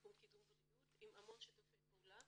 בתחום קידום בריאות עם המון שיתופי פעולה,